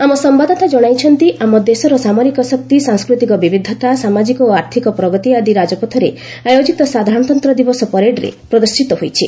ଆମ ସମ୍ଭାଦଦାତା ଜଣାଇଛନ୍ତି ଆମ ଦେଶର ସାମରିକ ଶକ୍ତି ସାଂସ୍କୃତିକ ବିବିଧତା ସାମାଜିକ ଓ ଆର୍ଥକ ପ୍ରଗତି ଆଦି ରାଜପଥରେ ଆୟୋଜିତ ସାଧାରଣତନ୍ତ୍ର ଦିବସ ପରେଡ୍ରେ ପ୍ରଦର୍ଶିତ ହୋଇଛି